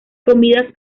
comidas